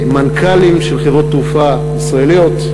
מנכ"לים של חברות תעופה ישראליות,